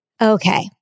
Okay